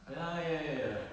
ya ya ya ya ya ya